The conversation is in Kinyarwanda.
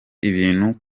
ibintu